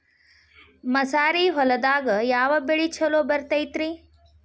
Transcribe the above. ಮಸಾರಿ ಹೊಲದಾಗ ಯಾವ ಬೆಳಿ ಛಲೋ ಬರತೈತ್ರೇ?